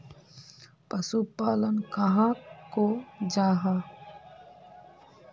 पशुपालन कहाक को जाहा?